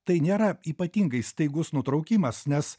tai nėra ypatingai staigus nutraukimas nes